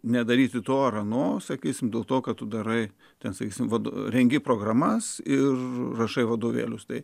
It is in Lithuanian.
nedaryti to ar ano sakysim dėl to ką tu darai ten sakysime vat rengė programas ir rašai vadovėlius tai